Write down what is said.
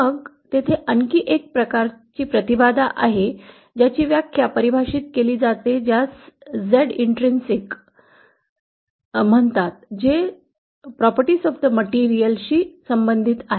मग तेथे आणखी एक प्रकारचा प्रतिबाधा आहे ज्याची व्याख्या परिभाषित केली जाते ज्यास Z आंतरिक इंटर्न्सिक intrinsic म्हणतात जे सामग्रीच्या गुणधर्मांशी संबंधित आहे